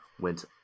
went